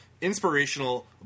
inspirational